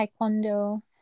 Taekwondo